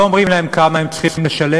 לא אומרים להם כמה הם צריכים לשלם.